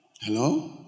Hello